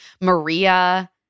Maria